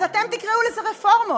אז אתם תקראו לזה רפורמות,